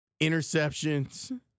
Interceptions